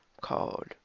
called